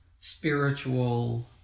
spiritual